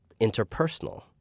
interpersonal